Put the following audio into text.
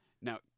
Now